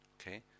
okay